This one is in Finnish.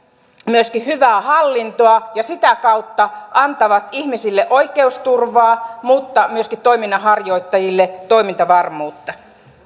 myöskin hyvää hallintoa ja sitä kautta antavat ihmisille oikeusturvaa mutta myöskin toiminnanharjoittajille toimintavarmuutta